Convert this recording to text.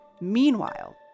Meanwhile